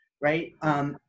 right